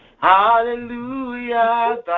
Hallelujah